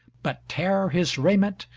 but tare his raiment,